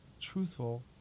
truthful